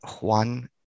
Juan